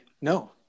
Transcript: No